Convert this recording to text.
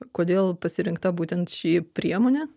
kodėl pasirinkta būtent ši priemonė